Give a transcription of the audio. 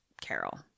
carol